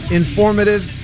informative